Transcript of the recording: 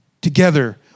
together